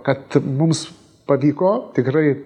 kad mums pavyko tikrai